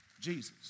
Jesus